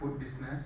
food business